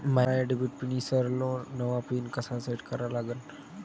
माया debit pin ईसरलो, नवा pin कसा सेट करा लागन?